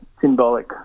symbolic